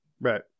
Right